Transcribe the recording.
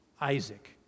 Isaac